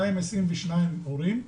220 הורים,